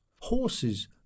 horses